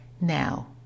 Now